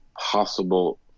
possible